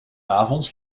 avonds